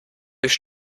durch